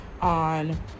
on